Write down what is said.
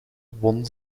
won